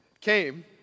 came